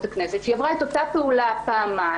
הכנסת שהיא עברה את אותה פעולה פעמיים,